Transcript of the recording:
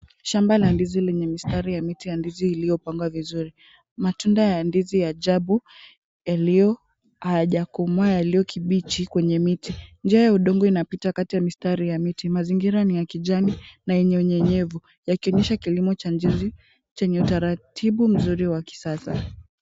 Shamba la ndizi lenye mistari ya ndizi iliyopangwa vizuri. Matunda ya ndizi ya ajabu, yaliyo, hayajakomaa yaliyokibichi kwenye miti. Njia ya udongo inapita kati ya mistari ya miti, mazingira ni ya kijani na yenye unyenyevu. Yakionyesha kilimo cha ndizi, chenye utaratibu mzuri wa kisasa.